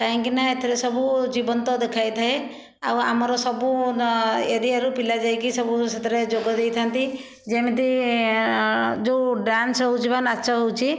କାହିଁକି ନା ଏଥିରେ ସବୁ ଜୀବନ୍ତ ଦେଖାଇଥାଏ ଆଉ ଆମର ସବୁ ଏରିଆରୁ ପିଲା ଯାଇକି ସବୁ ସେଥିରେ ଯୋଗ ଦେଇଥାନ୍ତି ଯେମିତି ଯେଉଁ ଡ୍ୟାନ୍ସ ହେଉଛି ବା ନାଚ ହେଉଛି